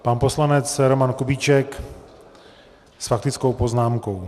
Pan poslanec Roman Kubíček s faktickou poznámkou.